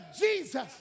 Jesus